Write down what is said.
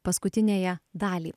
paskutiniąją dalį